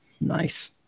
Nice